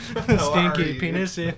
Stinky-penis